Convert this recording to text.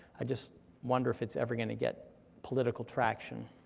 i just wonder if it's ever gonna get political traction.